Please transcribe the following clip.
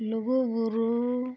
ᱞᱩᱜᱩ ᱵᱩᱨᱩ